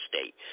state